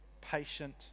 patient